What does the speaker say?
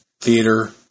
theater